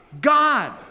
God